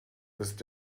ist